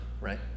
right